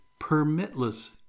permitless